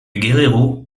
guerrero